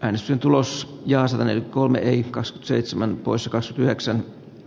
äänisen tulos ja sai kolme iikka s gseitsemän koska syy eksä